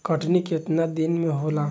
कटनी केतना दिन में होला?